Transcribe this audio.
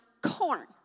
corn